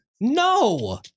No